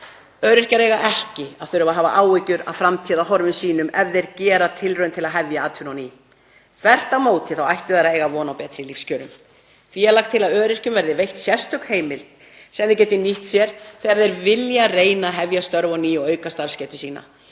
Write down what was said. Öryrkjar eiga ekki að þurfa að hafa áhyggjur af framtíðarhorfum sínum ef þeir gera tilraun til að hefja atvinnu á ný. Þvert á móti ættu þeir að eiga von á betri lífskjörum. Því er lagt til að öryrkjum verði veitt sérstök heimild sem þeir geti nýtt sér þegar þeir vilja reyna að hefja störf á ný og auka starfsgetu sína.